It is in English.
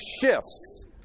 shifts